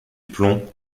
plomb